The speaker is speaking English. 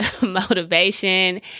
motivation